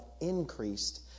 increased